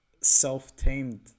self-tamed